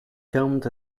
filmed